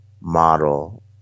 model